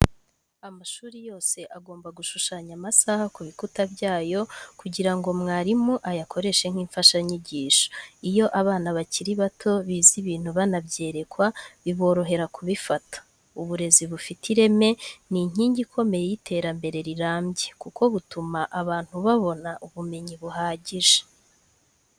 Amashuri yose agomba gushushanya amasaha ku bikuta byayo kugira ngo mwarimu ayakoreshe nk'imfashanyigisho. Iyo abana bakiri bato bize ibintu banabyerekwa biborohera kubifata. Uburezi bufite ireme ni inkingi ikomeye y’iterambere rirambye kuko butuma abantu babona ubumenyi buhagije.